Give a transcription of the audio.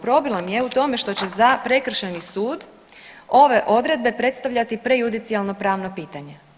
Problem je u tome što će za prekršajni sud ove odredbe predstavljati prejudicijalno pravna pitanja.